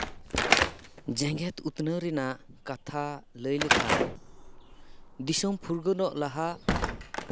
ᱡᱮᱜᱮᱫ ᱩᱛᱱᱟᱹᱣ ᱨᱮᱱᱟᱜ ᱠᱟᱛᱷᱟ ᱞᱟᱹᱭ ᱞᱮᱠᱷᱟᱱ ᱫᱤᱥᱚᱢ ᱯᱷᱩᱨᱜᱟᱹᱞᱚᱜ ᱞᱟᱦᱟ